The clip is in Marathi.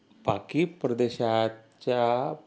बाकी प्रदेशाच्या